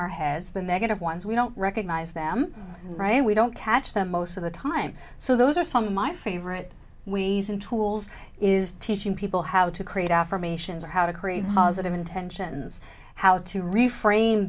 our heads the negative ones we don't recognize them and we don't catch them most of the time so those are some of my favorite into walls is teaching people how to create affirmations or how to create positive intentions how to refrain